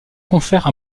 confère